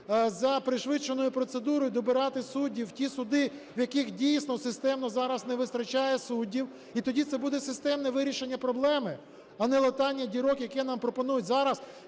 за пришвидшеною процедурою добирати суддів в ті суди, в яких дійсно системно зараз не вистачає суддів? І тоді це буде системне вирішення проблеми, а не латання дірок, яке нам пропонують зараз.